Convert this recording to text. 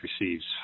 receives